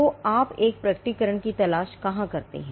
तो आप एक प्रकटीकरण की तलाश कहां करते हैं